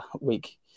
week